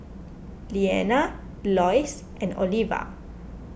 Leana Loyce and Oliva